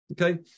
Okay